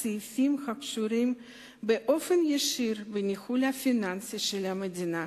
סעיפים הקשורים באופן ישיר בניהול הפיננסי של המדינה,